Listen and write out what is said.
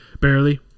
barely